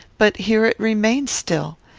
but here it remains still.